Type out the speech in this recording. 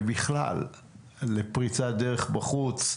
ובכלל לפריצת דרך בחוץ,